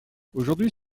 aujourd’hui